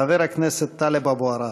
חבר הכנסת טלב אבו עראר.